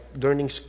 learning